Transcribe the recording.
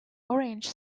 orange